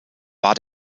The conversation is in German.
war